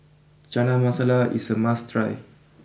Chana Masala is a must try